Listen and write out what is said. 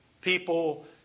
people